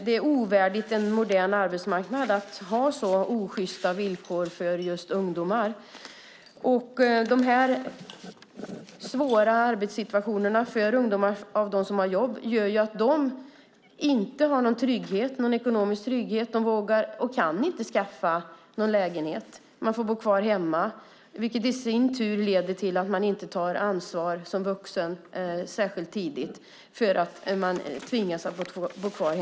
Det är ovärdigt en modern arbetsmarknad att ha så osjysta villkor för ungdomar. Den svåra arbetssituationen för de ungdomar som har jobb medför att de inte har någon ekonomisk trygghet. De vågar och kan inte skaffa lägenhet utan får bo kvar hemma, vilket innebär att de inte lär sig ta vuxenansvar.